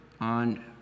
on